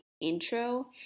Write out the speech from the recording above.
intro